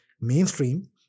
mainstream